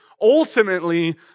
Ultimately